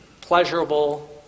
pleasurable